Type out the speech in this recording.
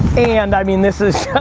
and i mean this is